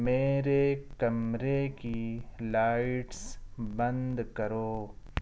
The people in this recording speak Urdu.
میرے کمرے کی لائٹس بند کرو